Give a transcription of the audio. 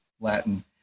latin